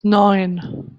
neun